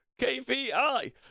kpi